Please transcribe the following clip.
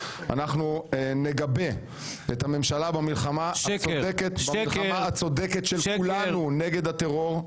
אנחנו נגבה את הממשלה במלחמה הצודקת של כולנו נגד הטרור,